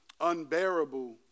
unbearable